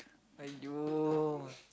!aiyo!